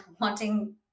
wanting